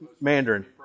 Mandarin